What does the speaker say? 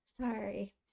sorry